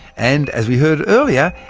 and, as we heard earlier,